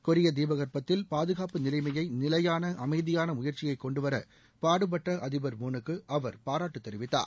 கொரிய தீபகற்பத்தில் பாதுகாப்பு நிலைமையை நிலையான அமைதியான முயற்சியைக் கொண்டு வர பாடுபட்ட அதிபர் மூனுக்கு அவர் பாராட்டு தெரிவித்தார்